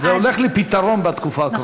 אבל זה הולך לפתרון בתקופה האחרונה.